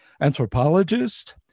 anthropologist